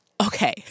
Okay